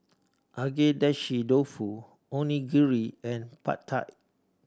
Agedashi Dofu Onigiri and Pad Thai